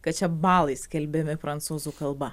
kad čia balai skelbiami prancūzų kalba